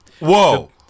Whoa